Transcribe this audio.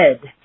head